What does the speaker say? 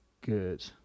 good